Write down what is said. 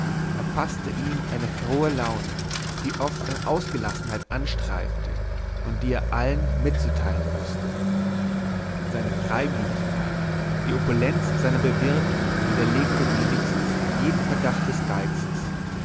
erfaßte ihn eine frohe laune die oft an ausgelassenheit anstreifte und die er allen mitzuteilen wußte seine freigebigkeit die opulenz seiner bewirtung widerlegte wenigstens jeden verdacht des geizes